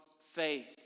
faith